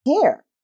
hair